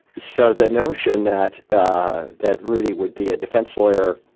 so the notion that ah that rudy would be a defense lawyer